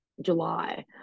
july